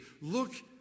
Look